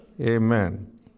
Amen